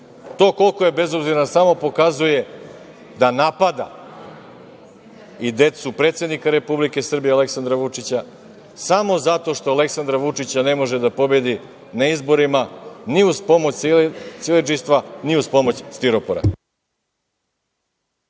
koliko je bezobziran samo pokazuje da napada i decu predsednika Republike Srbije, Aleksandra Vučića, samo zato što Aleksandra Vučića ne može da pobedi na izborima ni uz pomoć siledžijstva, ni uz pomoć stiropora.